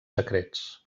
secrets